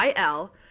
il